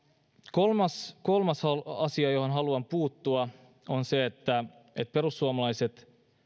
kolmas kolmas asia johon haluan puuttua on se että perussuomalaiset